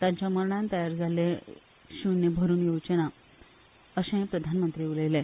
तांच्या मरणान तयार जाल्ले शुन्य भरून येवचें ना अशेंय प्रधानमंत्री उलयले